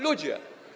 Ludzie!